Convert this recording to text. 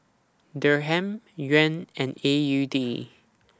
Dirham Yuan and A U D